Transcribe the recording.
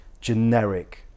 generic